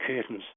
Curtains